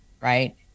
Right